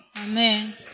Amen